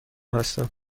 هستم